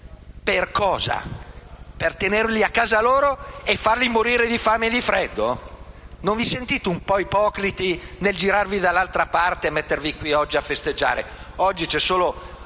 per cosa? Per tenerli a casa loro e farli morire di fame e di freddo? Non vi sentite un po' ipocriti nel girarvi dall'altra parte e stare qui oggi a festeggiare? Oggi c'è solo